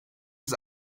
des